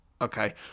Okay